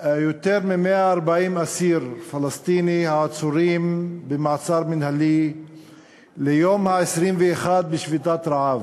יותר מ-140 אסירים פלסטינים העצורים במעצר מינהלי ליום ה-21 בשביתת רעב.